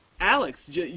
Alex